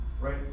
Right